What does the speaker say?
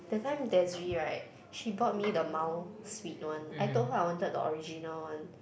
that time Desiree right she bought me the mild sweet one I told her I wanted the original one